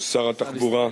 שר התחבורה